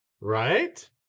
Right